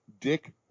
Dick